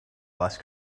ice